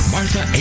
Martha